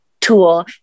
tool